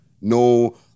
no